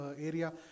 area